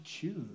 choose